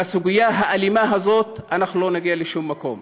בסוגיית האלימות, אנחנו לא נגיע לשום מקום,